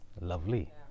lovely